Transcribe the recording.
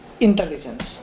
intelligence